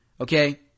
Okay